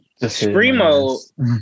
Screamo